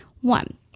One